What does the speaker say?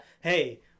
hey